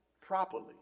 properly